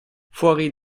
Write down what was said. fuori